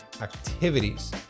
activities